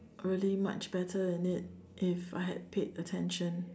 really much better in it if I had paid attention